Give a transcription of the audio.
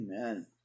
Amen